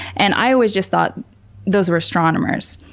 and i always just thought those were astronomers.